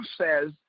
says